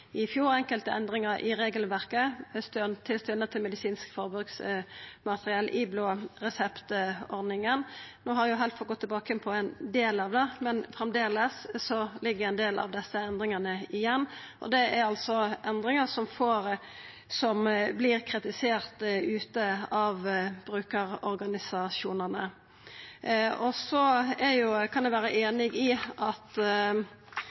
i fjor innførte enkelte endringar i regelverket for stønad til medisinsk forbruksmateriell i blåreseptordninga. No har Helfo gått tilbake på ein del av det, men framleis ligg ein del av desse endringane igjen, og det er endringar som vert kritiserte av brukarorganisasjonane. Eg kan vera einig i at vi skal vera forsiktige med å gå inn og detaljregulera frå Stortinget si side, men til forsvar for det